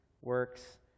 works